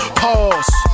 pause